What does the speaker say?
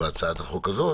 בהצעת החוק הזו?